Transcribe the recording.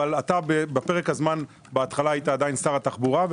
אבל אתה בפרק הזמן בהתחלה היית עדיין שר התחבורה,